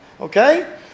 okay